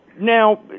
Now